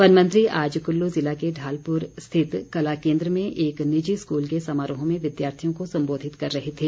one मंत्री आज कुल्लू ज़िला के ढालपुर स्थित कलाकेन्द्र में एक निजी स्कूल के समारोह में विद्यार्थियों को संबोधित कर रहे थे